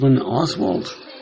Oswald